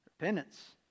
Repentance